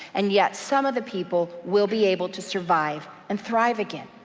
and yet some of the people will be able to survive, and thrive again.